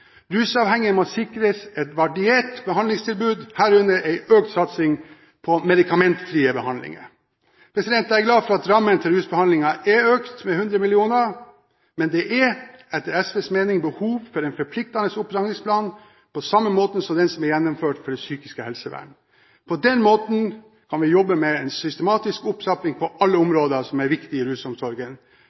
Rusavhengige må sikres et variert behandlingstilbud, herunder en økt satsing på medikamentfrie behandlinger. Jeg er glad for at rammen til rusbehandlingen er økt med 100 mill. kr, men det er etter SVs mening behov for en forpliktende opptrappingsplan, på samme måte som den som er gjennomført for psykisk helsevern. På den måten kan vi jobbe med en systematisk opptrapping på alle områder som er viktig i rusomsorgen,